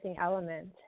element